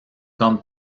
comme